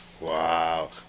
Wow